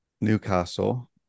Newcastle